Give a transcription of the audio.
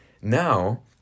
now